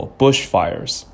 ,bushfires 。